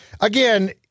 Again